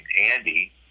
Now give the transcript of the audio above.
Andy